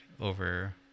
over